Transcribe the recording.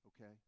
okay